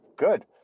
good